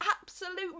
absolute